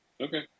okay